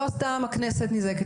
הרי לא סתם הכנסת נזעקת,